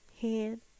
hand